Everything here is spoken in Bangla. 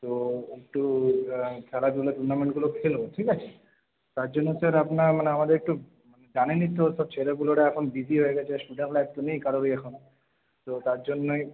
তো একটু খেলাধুলা টুর্নামেন্টগুলো খেলব ঠিক আছে তার জন্য স্যার আপনার মানে আমাদের একটু মানে জানেনই তো সব ছেলেপুলেরা এখন বিজি হয়ে গেছে নেই কারোরই এখন তো তার জন্যই